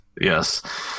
yes